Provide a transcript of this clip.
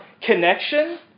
connection